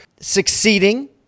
succeeding